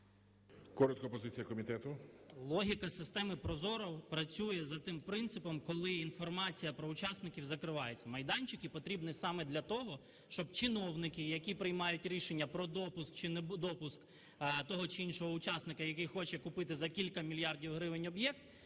Коротко позиція комітету.